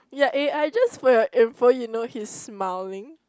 ya eh I just for your info you know he's smiling